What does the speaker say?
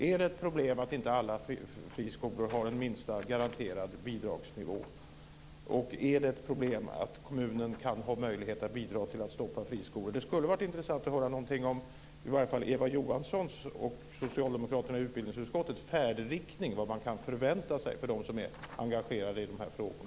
Är det ett problem att inte alla friskolor har en minsta garanterad bidragsnivå? Är det ett problem att kommunerna kan ha möjlighet att bidra till att stoppa friskolor? Det hade varit intressant att höra något om i varje fall Eva Johanssons och socialdemokraternas i utbildningsutskottet färdriktning, vad man kan förvänta sig för dem som är engagerade i de här frågorna.